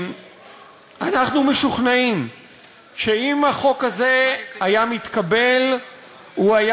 אנחנו משוכנעים שאם החוק הזה היה מתקבל הוא היה